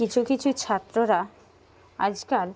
কিছু কিছু ছাত্ররা আজকাল